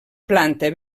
planta